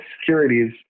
securities